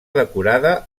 decorada